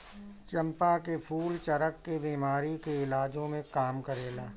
चंपा के फूल चरक के बेमारी के इलाजो में काम करेला